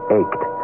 ached